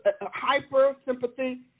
hyper-sympathy